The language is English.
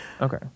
Okay